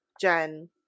jen